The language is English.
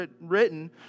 written